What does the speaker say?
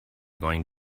going